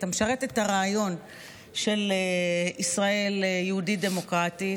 אתה משרת את הרעיון של ישראל יהודית-דמוקרטית.